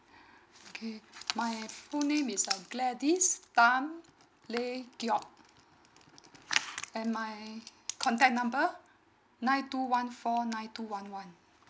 okay my full name is uh gladys tam leh geok and my contact number nine two one four nine two one one